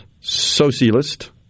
socialist